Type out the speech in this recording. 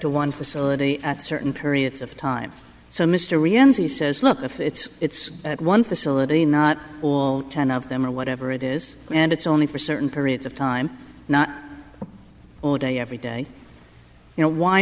to one facility at certain periods of time so mr riady says look if it's it's one facility not all ten of them or whatever it is and it's only for certain periods of time not every day you know why